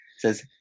says